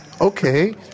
Okay